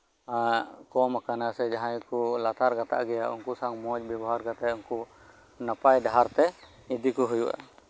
ᱮᱸᱜ ᱠᱚᱢᱟᱠᱟᱱᱟ ᱥᱮ ᱡᱟᱦᱟᱸᱭ ᱠᱚ ᱞᱟᱛᱟᱨ ᱜᱟᱛᱟᱠ ᱜᱮᱭᱟ ᱩᱱᱠᱩ ᱥᱟᱶ ᱢᱚᱸᱡ ᱵᱮᱵᱚᱦᱟᱨ ᱠᱟᱛᱮ ᱩᱱᱠᱩ ᱱᱟᱯᱟᱭ ᱰᱟᱦᱟᱨ ᱛᱮ ᱤᱫᱤᱠᱚ ᱦᱩᱭᱩᱜᱼᱟ